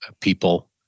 people